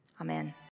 Amen